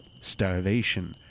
starvation